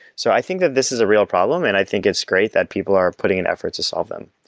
so i think that this is a real problem and i think it's great that people are putting an effort to solve them.